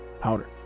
powder